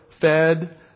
fed